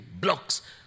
blocks